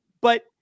But-